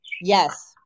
Yes